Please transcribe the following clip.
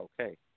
okay